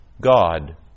God